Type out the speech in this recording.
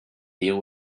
deal